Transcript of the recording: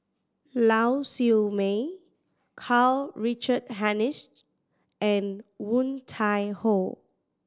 Lau Siew Mei Karl Richard Hanitsch and Woon Tai Ho